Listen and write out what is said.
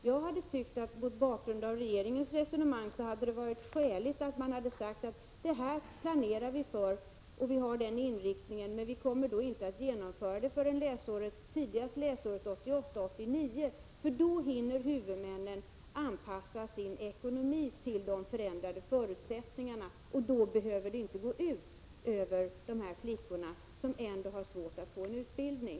Jag hade tyckt, mot bakgrund av regeringens resonemang, att det hade varit skäligt att säga att detta planerar vi för, detta är inriktningen, men vi kommer inte att genomföra det förrän tidigast läsåret 1988/89. Då skulle huvudmännen ha hunnit anpassa sin ekonomi till de förändrade förutsättningarna, och då hade det inte behövt gå ut över flickorna, som ändå har svårt att få en utbildning.